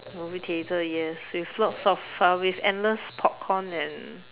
movie theater yes with lots of with uh endless popcorn and